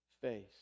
face